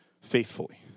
faithfully